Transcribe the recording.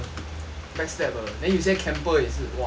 back stab 的 then 有些 camper 也是哇